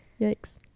Yikes